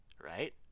right